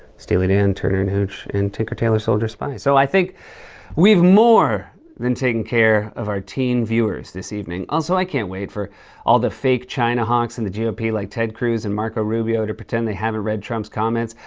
steely dan, turner and hooch, and tinker, tailor, soldier spy. so i think we've more than taken care of our teen viewers this evening. also, i can't wait for all the fake china hawks in the gop like ted cruz and marco rubio to pretend they haven't read trump's comments.